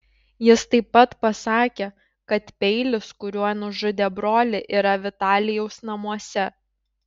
jis taip pat pasakė kad peilis kuriuo nužudė brolį yra vitalijaus namuose